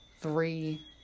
three